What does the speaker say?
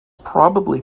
probably